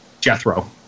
Jethro